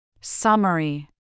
Summary